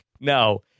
No